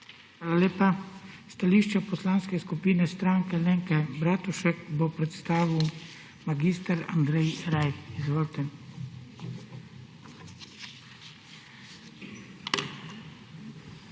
Hvala lepa. Stališče Poslanske skupine Stranke Alenke Bratušek bo predstavil mag. Andrej Rajh. Izvolite.